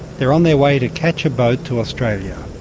they're on their way to catch a boat to australia.